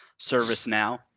ServiceNow